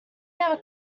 never